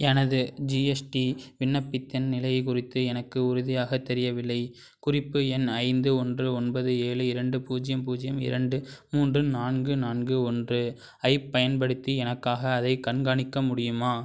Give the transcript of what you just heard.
எனது ஜிஎஸ்டி விண்ணப்பத்தின் நிலையைக் குறித்து எனக்கு உறுதியாகத் தெரியவில்லை குறிப்பு எண் ஐந்து ஒன்று ஒன்பது ஏழு இரண்டு பூஜ்ஜியம் பூஜ்ஜியம் இரண்டு மூன்று நான்கு நான்கு ஒன்று ஐப் பயன்படுத்தி எனக்காக அதைக் கண்காணிக்க முடியுமா